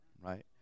right